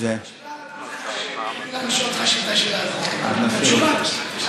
את השאלה על הדרוזים תשאיר לי,